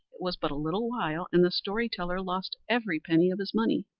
it was but a little while and the story-teller lost every penny of his money.